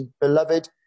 beloved